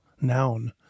noun